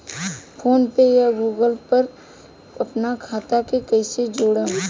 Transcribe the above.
PhonePe या Google Pay पर अपना खाता के कईसे जोड़म?